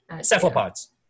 Cephalopods